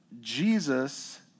Jesus